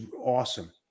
awesome